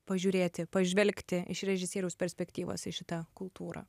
pažiūrėti pažvelgti iš režisieriaus perspektyvos į šitą kultūrą